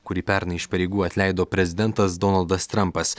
kurį pernai iš pareigų atleido prezidentas donaldas trampas